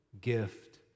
gift